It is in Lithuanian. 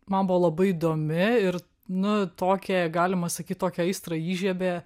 man buvo labai įdomi ir nu tokią galima sakyti tokią aistrą įžiebė